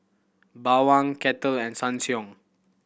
Bawang Kettle and Ssangyong